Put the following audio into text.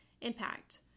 impact